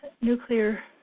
nuclear